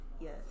Yes